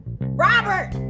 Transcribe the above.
robert